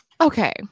okay